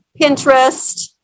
Pinterest